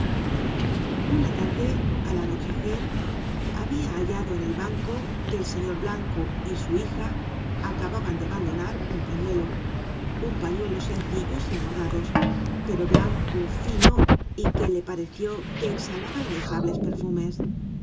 una tarde al anochecer habia hallado en el banco que el señor blanco y su hija acababan de abandonar un pañuelo un pañuelo sencillo y sin bordados pero blanco fino y que le pareció que exhalaba inefables perfumes